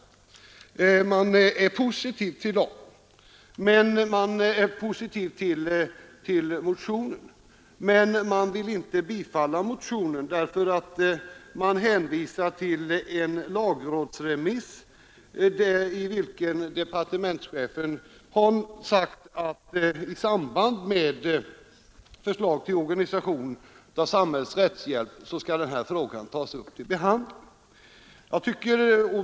Utskottet är positivt till motionen men vill inte tillstyrka den utan hänvisar till en lagrådsremiss, i vilken departementschefen sagt att denna fråga skall tas upp till behandling i samband med förslag till organisation av samhällets rättshjälp.